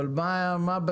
אבל מה בסוף?